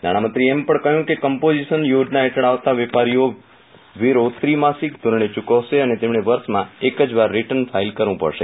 નાણામંત્રીએ એમ પણ કહ્યું કે કમ્પોઝીશન યોજના હેઠળ આવતા વેપારીઓ વેરો ત્રિમાસીક ધોરણે ચૂકવશે પણ તેમણે વર્ષમાં એક જ વાર રિટર્ન ફાઇલ કરવું પડશે